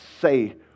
say